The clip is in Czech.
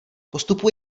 postupů